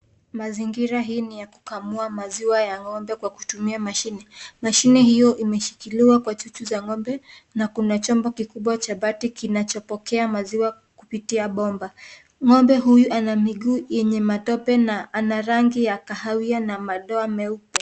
Mazingira hii ni ya kukamua maziwa ya ng'ombe kwa kutumia mashine. Mashine hiyo imeshikiliwa kwa chuchu za ng'ombe na kuna chombo kikubwa cha bati kinachopokea maziwa kupitia bomba. Ng'ombe huyu ana miguu yenye matope na ana rangi ya kahawia na madoa meupe.